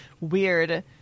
weird